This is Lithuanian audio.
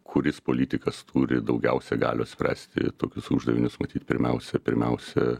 kuris politikas turi daugiausiai galios spręsti tokius uždavinius matyt pirmiausia pirmiausia